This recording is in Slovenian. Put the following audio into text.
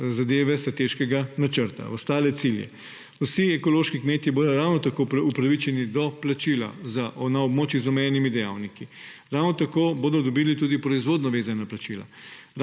zadeve strateškega načrta, ostale cilje. Vsi ekološki kmetje bodo ravno tako upravičeni do plačila na območjih z omenjenimi dejavniki, ravno tako bodo dobili tudi proizvodno vezana plačila,